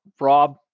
Rob